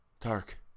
Dark